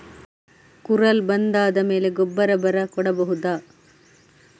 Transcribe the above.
ಕುರಲ್ ಬಂದಾದ ಮೇಲೆ ಗೊಬ್ಬರ ಬರ ಕೊಡಬಹುದ?